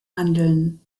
handeln